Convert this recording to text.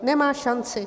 Nemá šanci.